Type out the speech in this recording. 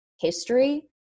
history